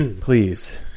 Please